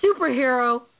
Superhero